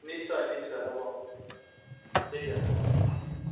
নিশ্চয় নিশ্চয় হ'ব ঠিক আছে হ'ব অঁহ অঁহ